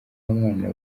mwana